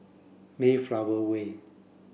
Mayflower Way